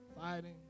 Fighting